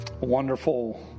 wonderful